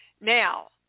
Now